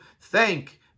Thank